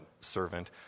servant